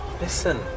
Listen